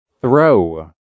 throw